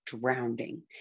drowning